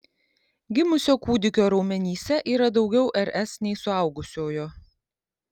gimusio kūdikio raumenyse yra daugiau rs nei suaugusiojo